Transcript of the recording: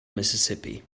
mississippi